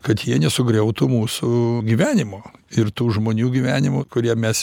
kad jie nesugriautų mūsų gyvenimo ir tų žmonių gyvenimų kuriem mes